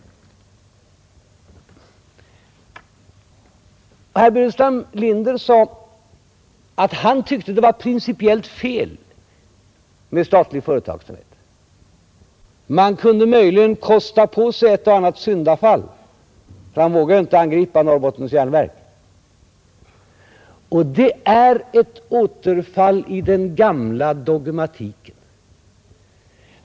Herr Burenstam Linder sade att han tyckte att det var principiellt fel med statlig företagsamhet — man kunde möjligen kosta på sig ett och annat syndafall, ty han vågade ju inte angripa Norrbottens Järnverk — och det är ett återfall i den gamla dogmatiken.